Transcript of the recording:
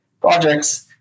projects